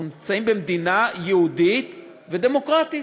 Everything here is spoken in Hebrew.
אנחנו נמצאים במדינה יהודית ודמוקרטית.